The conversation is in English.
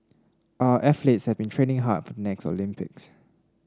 our athletes have been training hard for next Olympics